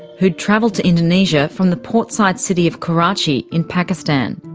who'd travelled to indonesia from the portside city of karachi, in pakistan.